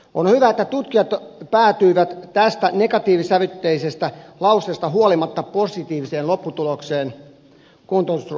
on hyvä että tutkijat päätyivät tästä negatiivissävytteisestä lauseesta huolimatta positiiviseen lopputulokseen kuntoutusrahan käytöstä